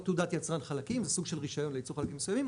או תעודת יצרן חלקים זה סוג של רישיון לייצור חלקים מסוימים,